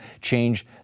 change